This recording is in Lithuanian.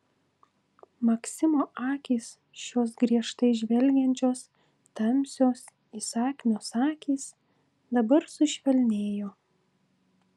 maksimo akys šios griežtai žvelgiančios tamsios įsakmios akys dabar sušvelnėjo